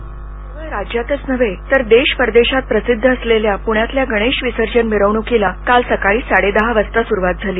voice cast केवळ राज्यातच नव्हे तर देश परदेशात प्रसिद्ध असलेल्या पुण्यातल्या गणेश विसर्जन भिरवणूकीला काल सकाळी साडेदहा वाजता सुरुवात झाली